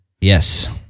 Yes